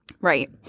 Right